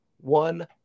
one